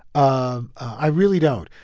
um i really don't.